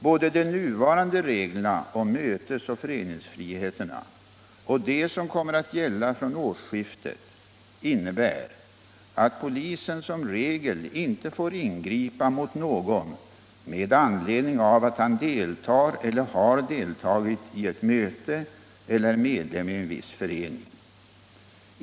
Både de nuvarande reglerna om mötesoch föreningsfriheterna och de som kommer att gälla från årsskiftet innebär att polisen som regel inte får ingripa mot någon med anledning av att han deltar eller har deltagit i ett möte eller är medlem i en viss förening.